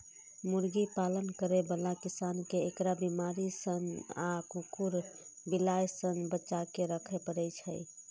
मुर्गी पालन करै बला किसान कें एकरा बीमारी सं आ कुकुर, बिलाय सं बचाके राखै पड़ै छै